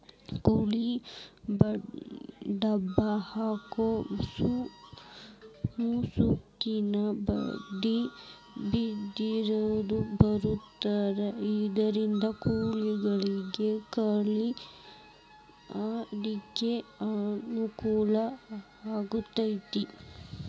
ಕೋಳಿಗೆ ಡಬ್ಬ ಹಾಕು ಮುಸುಕಿನ ಬುಟ್ಟಿ ಬಿದಿರಿಂದ ಮಾಡಿರ್ತಾರ ಇದರಿಂದ ಕೋಳಿಗಳಿಗ ಗಾಳಿ ಆಡ್ಲಿಕ್ಕೆ ಅನುಕೂಲ ಆಕ್ಕೆತಿ